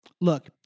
Look